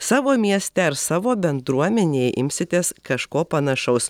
savo mieste ar savo bendruomenėj imsitės kažko panašaus